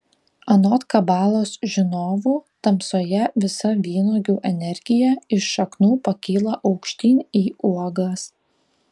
anot kabalos žinovų tamsoje visa vynuogių energija iš šaknų pakyla aukštyn į uogas